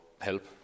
help